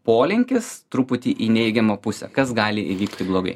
polinkis truputį į neigiamą pusę kas gali įvykti blogai